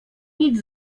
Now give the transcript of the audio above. nic